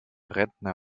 rentner